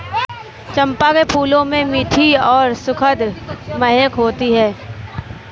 चंपा के फूलों में मीठी और सुखद महक होती है